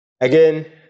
Again